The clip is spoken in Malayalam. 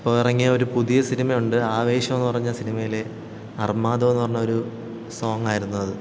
ഇപ്പം ഇറങ്ങിയ ഒരു പുതിയ സിനിമയുണ്ട് ആവേശമെന്നു പറഞ്ഞ സിനിമയിലെ അർമാദോ എന്നു പറഞ്ഞൊരു സോങ്ങായിരുന്നു അത്